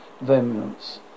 vehemence